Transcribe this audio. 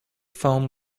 foam